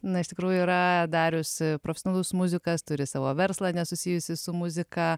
na iš tikrųjų yra darius profesionalus muzikas turi savo verslą nesusijusį su muzika